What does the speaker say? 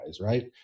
right